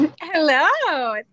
Hello